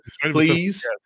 Please